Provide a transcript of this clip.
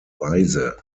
weise